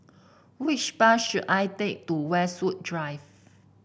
which bus should I take to Westwood Drive